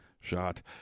shot